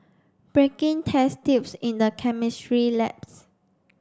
breaking test tubes in the chemistry labs